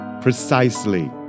precisely